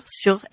sur